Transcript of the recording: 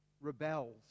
rebels